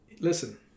listen